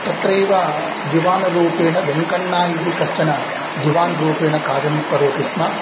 तत्रैव दिवानरूपेण वेङ्कण्णा इति कश्चन दिवान् रूपेण कार्यं करोति स्म